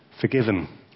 forgiven